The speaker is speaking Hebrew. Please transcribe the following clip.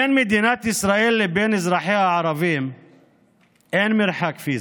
בין מדינת ישראל לבין אזרחיה הערבים אין מרחק פיזי.